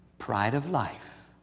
pride of life.